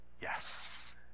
yes